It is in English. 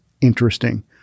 interesting